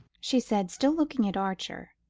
she said, still looking at archer.